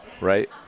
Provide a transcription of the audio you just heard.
right